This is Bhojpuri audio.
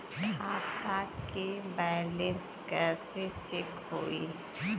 खता के बैलेंस कइसे चेक होई?